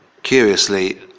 Curiously